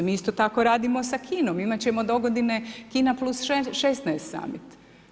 Mi isto tako radimo sa Kinom, imat ćemo do dogodine Kina +16 summit.